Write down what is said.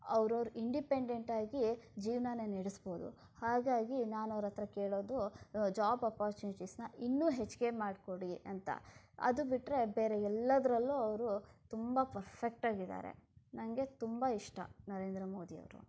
ಅವರವರು ಇಂಡಿಪೆಂಡೆಂಟಾಗಿ ಜೀವನಾನ ನಡೆಸ್ಬೋದು ಹಾಗಾಗಿ ನಾನು ಅವರ ಹತ್ರ ಕೇಳೋದು ಜಾಬ್ ಅಪಾರ್ಚುನಿಟೀಸನ್ನು ಇನ್ನೂ ಹೆಚ್ಚಿಗೆ ಮಾಡಿಕೊಡಿ ಅಂತ ಅದು ಬಿಟ್ಟರೆ ಬೇರೆ ಎಲ್ಲದರಲ್ಲೂ ಅವರು ತುಂಬ ಪರ್ಫೆಕ್ಟಾಗಿದ್ದಾರೆ ನನಗೆ ತುಂಬ ಇಷ್ಟ ನರೇಂದ್ರ ಮೋದಿ ಅವರು